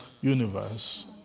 universe